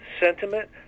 sentiment